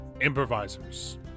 improvisers